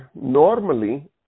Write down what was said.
normally